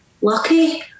lucky